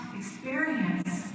experience